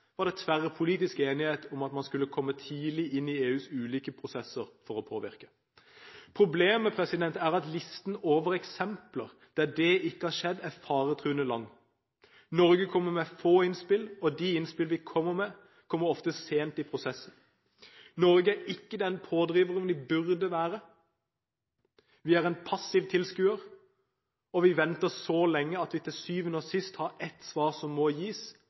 var det tverrpolitisk enighet om at man skulle komme tidlig inn i EUs ulike prosesser for å påvirke. Problemet er at listen over eksempler der det ikke har skjedd, er faretruende lang. Norge kommer med få innspill, og de innspillene vi kommer med, kommer ofte sent i prosessen. Norge er ikke den pådriveren vi burde være, vi er en passiv tilskuer, og vi venter så lenge at vi til syvende og sist har ett svar som må gis: